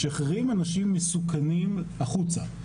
משחררים אנשים מסוכנים החוצה.